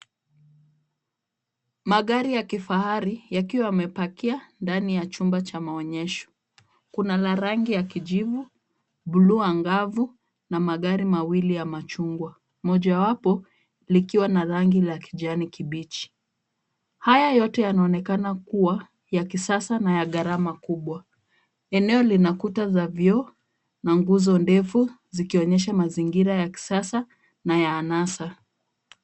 Magari ya kifahari yakiwa yamepakia ndani ya chumba cha maonyesho. Kuna la rangi ya kijivu, buluu angavu na magari mawili ya machungwa, moja wapo likiwa na rangi la kijani kibichi. Haya yote yanaoenekana kuwa ya kisasa na ya gharama kubwa. Eneo lina kuta za vioo na nguzo ndefu zikionyesha mazingira ya kisasa na ya anasa.